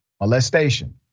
molestation